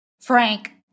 Frank